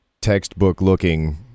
textbook-looking